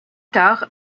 tard